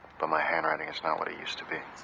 but my handwriting is not what it used to be.